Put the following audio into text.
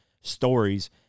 stories